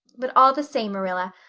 but all the same, marilla,